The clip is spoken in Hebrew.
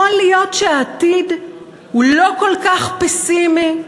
יכול להיות שהעתיד הוא לא כל כך פסימי?